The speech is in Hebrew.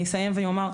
אני אסיים ואומר,